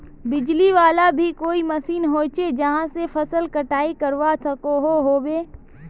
बिजली वाला भी कोई मशीन होचे जहा से फसल कटाई करवा सकोहो होबे?